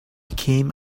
came